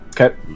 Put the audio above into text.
Okay